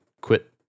quit